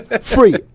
Free